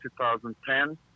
2010